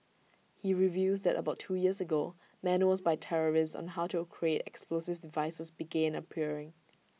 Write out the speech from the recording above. he reveals that about two years ago manuals by terrorists on how to create explosive devices began appearing